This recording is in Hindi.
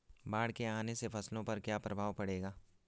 बाढ़ के आने से फसलों पर क्या प्रभाव पड़ेगा?